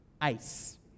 ice